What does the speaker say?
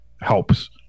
helps